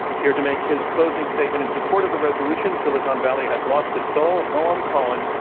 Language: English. here to make his closing statement in support of the resolution, silicon valley has lost its soul, noam cohen,